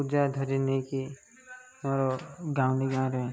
ପୂଜା ଧରି ନେଇକି ଆମର ଗାଉଁଲି ଗାଁରେ